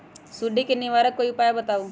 सुडी से निवारक कोई उपाय बताऊँ?